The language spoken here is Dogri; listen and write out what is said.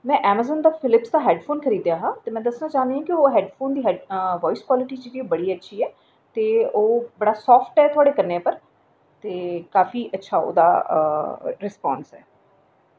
में ऐमाजान दा फिलिपस दा हैडफोन खरीदेआ हा ते मैं दस्सना चाह्नी आं कि ओह् हैडफोन दी वाइस क्वालटी बड़ी अच्छी ऐ ते ओह् बड़ा साफ्ट ऐ थोआढ़े कन्ने उप्पर ते काफी अच्छा ओह्दा रिस्पांस ऐ